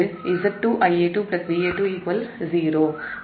ஆக இருக்கும்